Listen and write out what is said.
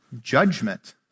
judgment